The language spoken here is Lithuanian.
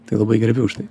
tai labai gerbiu už tai